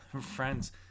Friends